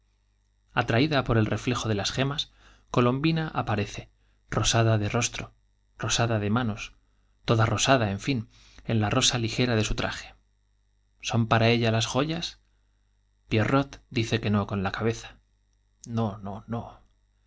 atraída por el reflejo de las gemas colombina apa rece rosada de rostro rosada de manos toda rosada la fin són para ella en en rosa ligera de su traje las joyas pierrot dice que no con la cabeza no no no